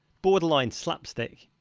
borderline slapstick.